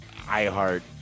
iHeart